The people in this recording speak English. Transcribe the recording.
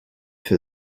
for